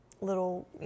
little